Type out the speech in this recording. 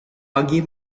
pagi